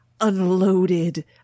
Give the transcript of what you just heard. unloaded